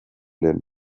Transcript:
den